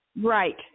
Right